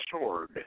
sword